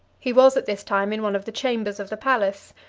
he was at this time in one of the chambers of the palace,